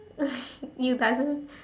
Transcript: you doesn't